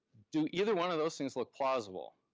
do either one of those things look plausible?